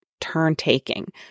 turn-taking